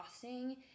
frosting